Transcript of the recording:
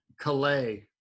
Calais